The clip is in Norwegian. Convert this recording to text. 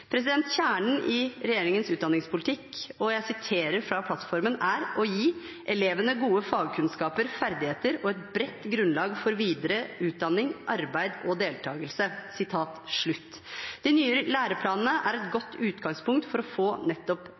Kjernen i regjeringens utdanningspolitikk er, som det står i plattformen, å «gi elevane gode fagkunnskapar, ferdigheiter og eit breitt grunnlag for vidare utdanning, arbeid og deltaking». De nye læreplanene er et godt utgangspunkt for å få nettopp